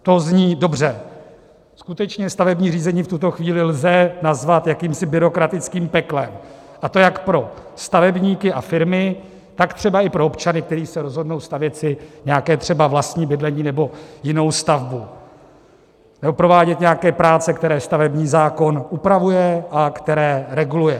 To zní dobře, skutečně stavební řízení v tuto chvíli lze nazvat jakýmsi byrokratickým peklem, a to jak pro stavebníky a firmy, tak třeba i pro občany, kteří se rozhodnou stavět si nějaké vlastní bydlení nebo jinou stavbu nebo provádět nějaké práce, které stavební zákon upravuje a které reguluje.